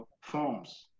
forms